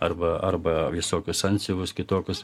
arba arba visokius antsiuvus kitokius